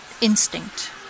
Instinct